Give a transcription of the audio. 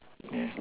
yes